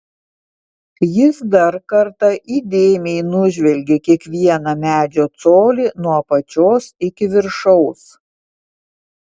jis dar kartą įdėmiai nužvelgė kiekvieną medžio colį nuo apačios iki viršaus